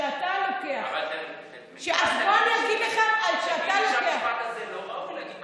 אני חושב שהמשפט הזה, לא ראוי לומר אותו.